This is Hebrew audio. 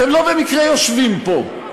אתם לא במקרה יושבים פה,